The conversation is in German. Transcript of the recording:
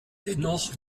dennoch